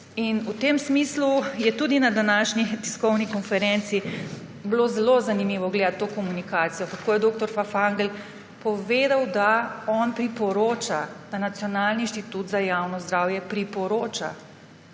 V tem smislu je bilo tudi na današnji tiskovni konferenci zelo zanimivo gledati to komunikacijo, kako je dr. Fafangel povedal, da on priporoča, da Nacionalni inštitut za javno zdravje priporoča